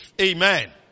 Amen